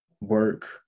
work